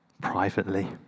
privately